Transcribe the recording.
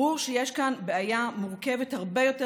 ברור שיש כאן בעיה מורכבת הרבה יותר